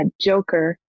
joker